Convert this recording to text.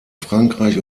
frankreich